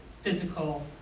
physical